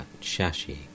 Shashi